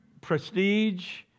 prestige